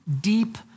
deep